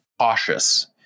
cautious